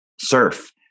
surf